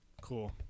Cool